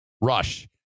rush